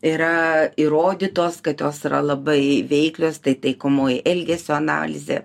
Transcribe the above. yra įrodytos kad jos yra labai veiklios tai taikomoji elgesio analizė